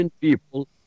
people